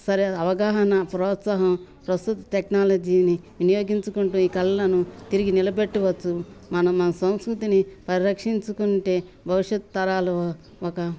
స అవగాహన ప్రోత్సాహం ప్రస్తుత టెక్నాలజీని వినియోగించుకుంటూ ఈ కళలను తిరిగి నిలబెట్టవచ్చు మనం మన సంస్కృతిని పరిరక్షించుకుంటే భవిష్యత్ తరాలు ఒక